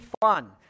fun